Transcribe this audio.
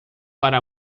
para